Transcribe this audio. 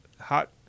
hot